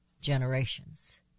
generations